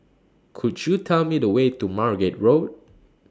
Could YOU Tell Me The Way to Margate Road